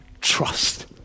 trust